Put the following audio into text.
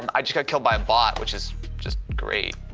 and i just got killed by a bot which is just great.